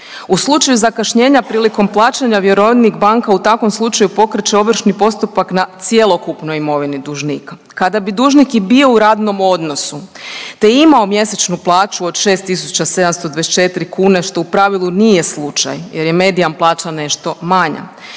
U slučaju zakašnjenja prilikom plaćanja vjerovnik banka u takvom slučaju pokreće ovršni postupak na cjelokupnoj imovini dužnika. Kada bi dužnik i bio u radnom odnosu te imao mjesečnu plaću od 6.724 kune što u pravilu nije slučaj jer je medijan plaća nešto manja,